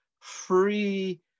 free